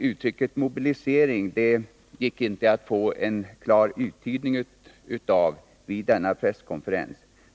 Uttrycket ”mobiliserades” gick det inte att få någon klar uttydning av vid denna presskonferens.